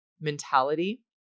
mentality